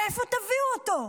מאיפה תביאו אותו?